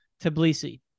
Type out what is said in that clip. Tbilisi